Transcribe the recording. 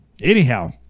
Anyhow